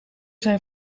zijn